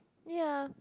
ya